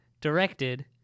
directed